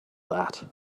that